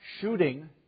shooting